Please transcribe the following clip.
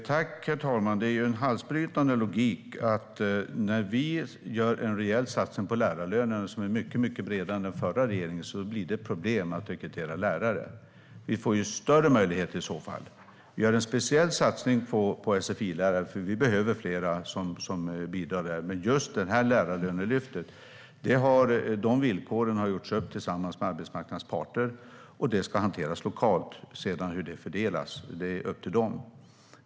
Herr talman! Det är en halsbrytande logik att det blir problem att rekrytera lärare när vi gör en rejäl satsning på lärarlönerna som är mycket bredare än den förra regeringens. Vi får ju större möjligheter i så fall. Vi gör en speciell satsning på sfi-lärare eftersom vi behöver fler som bidrar där, men villkoren för just lärarlönelyftet har gjorts upp tillsammans med arbetsmarknadens parter och ska hanteras lokalt. Hur det sedan fördelas är upp till dem.